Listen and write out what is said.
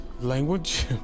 language